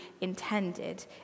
intended